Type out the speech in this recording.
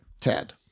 Ted